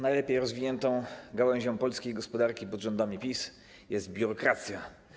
Najlepiej rozwiniętą gałęzią polskiej gospodarki pod rządami PiS jest biurokracja.